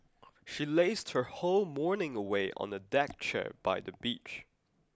she lazed her whole morning away on a deck chair by the beach